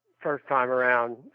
first-time-around